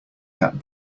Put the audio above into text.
that